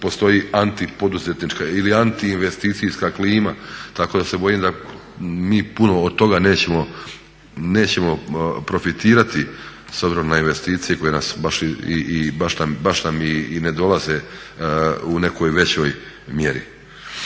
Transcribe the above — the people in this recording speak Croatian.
postoji antipoduzetnička ili antiinvesticijska klima, tako da se bojim da mi puno od toga nećemo profitirati s obzirom na investicije koje baš nam i ne dolaze u nekoj većoj mjeri.